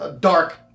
dark